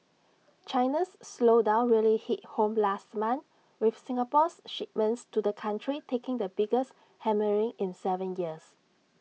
China's slowdown really hit home last month with Singapore's shipments to the country taking the biggest hammering in Seven years